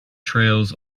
trails